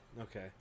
Okay